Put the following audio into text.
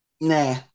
Nah